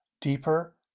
deeper